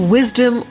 Wisdom